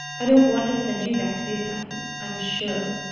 i don't want to send you back to the asylum, i'm sure.